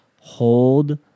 hold